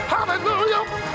Hallelujah